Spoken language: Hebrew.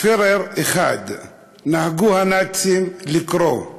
פיהרר אחד" נהגו הנאצים לקרוא.